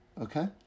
okay